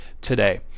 today